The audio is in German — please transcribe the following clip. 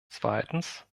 zweitens